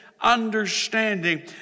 understanding